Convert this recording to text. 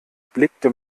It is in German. blickte